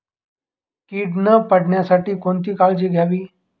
कीड न पडण्यासाठी कोणती काळजी घ्यावी?